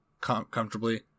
comfortably